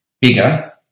bigger